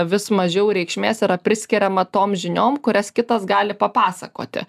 vis mažiau reikšmės yra priskiriama tom žiniom kurias kitas gali papasakoti